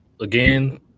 Again